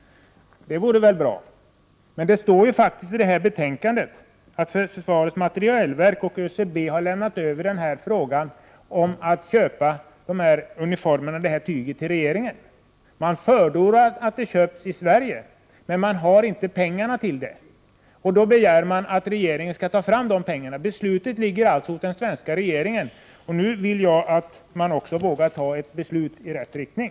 I betänkandet står det faktiskt att försvarets materielverk och ÖCB till regeringen har lämnat över frågan om att köpa tyg till uniformer. Man förordar att uniformerna skall köpas i Sverige, men man har inte pengar. Man begär att regeringen skall ta fram dessa pengar. Beslut ligger alltså hos den svenska regeringen. Nu hoppas jag att man också vågar ta ett beslut i rätt riktning.